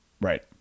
Right